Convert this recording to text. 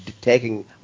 taking